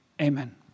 Amen